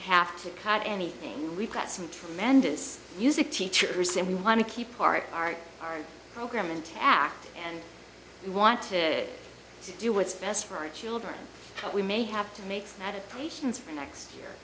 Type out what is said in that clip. have to cut anything we've got some tremendous music teachers and we want to keep part art our program intact and we want to do what's best for our children we may have to make that a patients for next year